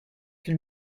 can